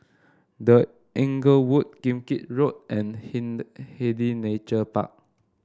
The Inglewood Kim Keat Road and Hindhede Nature Park